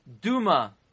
Duma